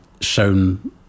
shown